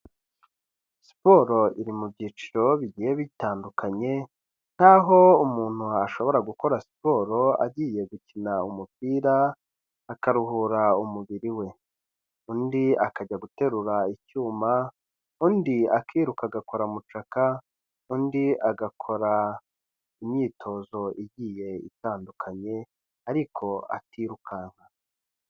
Siporo iri mu byiciro bigiye bitandukanye nk'aho umuntu ashobora gukora siporo agiye gukina umupira akaruhura umubiri we, undi akajya guterura icyuma, undi akiruka agakora mucaka, undi agakora imyitozo igiye itandukanye ariko atirukanka.